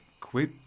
Quit